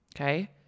Okay